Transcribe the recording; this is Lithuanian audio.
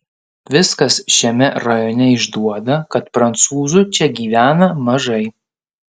viskas šiame rajone išduoda kad prancūzų čia gyvena mažai